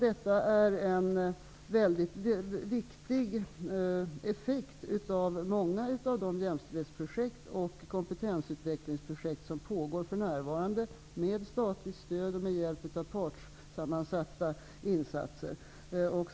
Detta är en mycket viktig effekt av många av de jämställdhets och kompetensutvecklingsprojekt som pågår för närvarande med statligt stöd och med hjälp av insatser från partssammansatta organ.